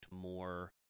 more